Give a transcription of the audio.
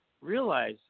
realize